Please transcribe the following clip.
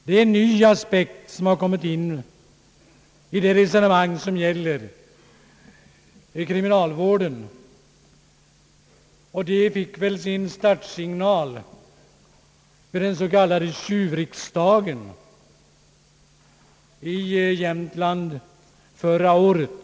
Det är en ny aspekt som har kommit in i det resonemang som förts om kriminalvården, och den har väl sitt uppbov i den s.k. tjuvriksdagen i Jämtland förra året.